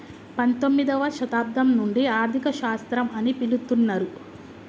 పంతొమ్మిదవ శతాబ్దం నుండి ఆర్థిక శాస్త్రం అని పిలుత్తున్నరు